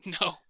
No